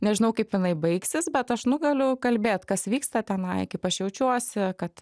nežinau kaip jinai baigsis bet aš nu galiu kalbėt kas vyksta tenai kaip aš jaučiuosi kad